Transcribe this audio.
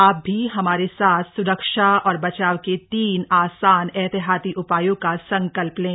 आप भी हमारे साथ सुरक्षा और बचाव के तीन आसान एहतियाती उपायों का संकल्प लें